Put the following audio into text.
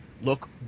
look